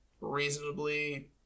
reasonably